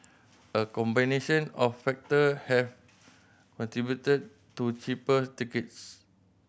a combination of factor have contributed to cheaper tickets